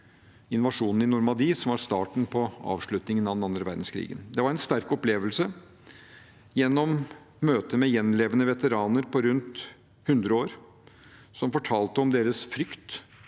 invasjonen i Normandie som var starten på avslutningen av den andre verdenskrigen. Det var en sterk opplevelse gjennom møter med gjenlevende veteraner på rundt 100 år, som fortalte om sin frykt